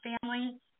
family